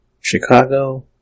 Chicago